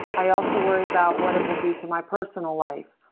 i also worry about what it will do to my personal life.